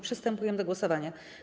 Przystępujemy do głosowania.